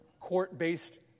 court-based